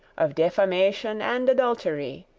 of defamation, and adultery,